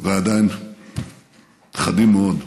ועדיין חדים מאוד,